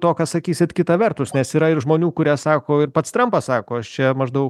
to ką sakysit kita vertus nes yra ir žmonių kurie sako ir pats trampas sako aš čia maždaug